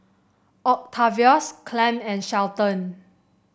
Octavius Clem and Shelton